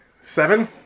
Seven